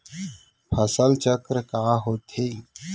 फसल चक्र का होथे?